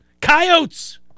Coyotes